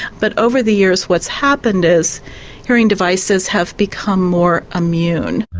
but over the years what's happened is hearing devices have become more immune.